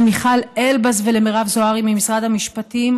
למיכל אלבז ולמרב זוהרי ממשרד המשפטים,